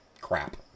crap